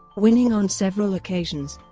winning on several occasions.